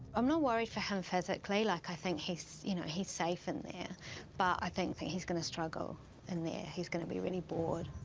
i'm not worried for him physically. like, i think, you know, he's safe in there. but i think that he's gonna struggle in there. he's gonna be really bored.